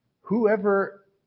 Whoever